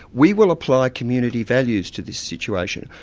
we will apply community values to this situation.